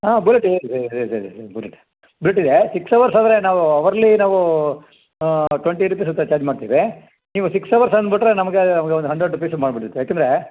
ಹಾಂ bullet bullet bullet ಇದೆ six hours ಆದರೆ ನಾವು ಅವರ್ಲಿ ನಾವು ಟೊಂಟಿ ರುಪೀಸ್ ಹತ್ತಿರ ಚಾರ್ಜ್ ಮಾಡ್ತೀವಿ ನೀವು ಸಿಕ್ಸ್ ಹವರ್ಸ್ ಅನ್ಬುಟ್ಟರೆ ನಮ್ಗ ನಮಗೆ ಒಂದು ಹಂಡ್ರೆಡ್ ರುಪೀಸು ಮಾಡ್ಬಿಡತ್ತೆ ಯಾಕೆಂದರೆ